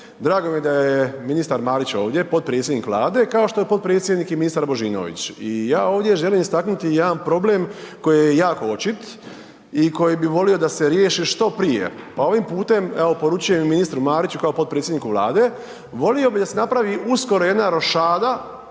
Drago mi je da ministar Marić ovdje, potpredsjednik Vlade kao što je potpredsjednik i ministar Božinović i ja ovdje želim istaknuti jedan problem koji je jako očit i koji bi volio da se riješi što prije. Pa ovim putem evo poručujem i ministru Mariću kao potpredsjedniku Vlade, volio bi da se napravi uskoro jedna rošada